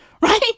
Right